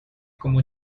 como